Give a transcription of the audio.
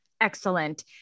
excellent